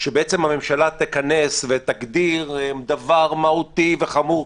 שבעצם הממשלה תגדיר דבר מהותי וחמור.